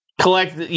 collect